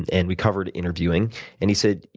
and and we covered interviewing and he said,